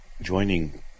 joining